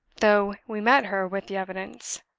though we met her with the evidence.